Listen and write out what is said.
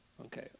Okay